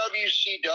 wcw